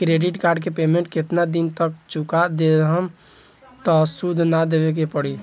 Credit card के payment केतना दिन तक चुका देहम त सूद ना देवे के पड़ी?